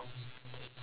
five